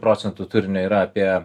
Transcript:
procentų turinio yra apie